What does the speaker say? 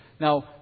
Now